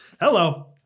hello